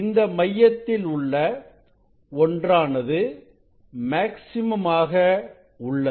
இந்த மையத்தில் உள்ள ஒன்றானது மேக்ஸிமம் ஆக உள்ளது